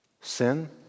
Sin